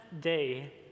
day